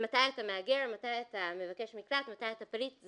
מתי אתה מהגר, מתי אתה מבקש מקלט, מתי אתה פליט.